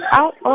out